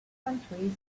countries